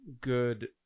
good